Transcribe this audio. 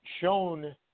shown